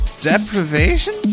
deprivation